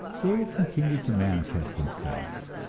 they will continue to manifest themselves,